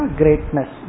greatness